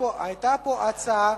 היתה פה הצעה.